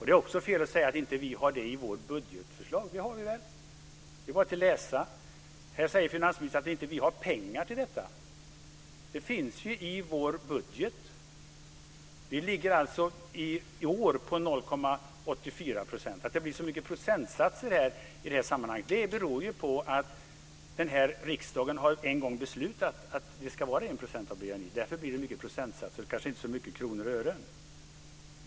Det är också fel att säga att vi inte har med det i vårt budgetförslag. Det har vi väl. Det är bara att läsa. Finansministern säger att vi inte har pengar till detta. Det finns ju med i vår budget. Vi ligger i år på Att det blir så mycket procentsatser i detta sammanhang beror på att riksdagen en gång har beslutat att biståndet ska vara 1 % av BNI. Därför blir det mycket procentsatser och kanske inte så mycket kronor och ören.